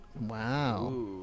Wow